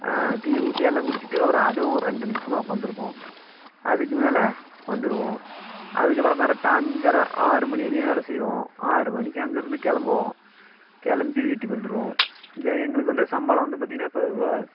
tea ஊற்றி எல்லாம் குடித்துட்டு ஒரு அதுவும் ஒரு ரெண்டு நிமிடம் தான் உட்காந்துருப்போம் அதுக்கு மேலே வந்துடுவோம் அதுக்கப்புறம் கரெக்டாக அஞ்சரை ஆறு மணி வரையும் வேலே செய்வோம் ஆறு மணிக்கு அங்கேருந்து கிளம்புவோம் கிளம்பி வீட்டுக்கு வந்துடுவோம் வந்து எங்களுக்கு வந்து சம்பளம் வந்து பார்த்தீங்கன்னா இப்போ வ